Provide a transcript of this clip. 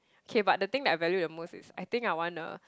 okay but the thing that I value the most is I think I want a